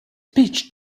peach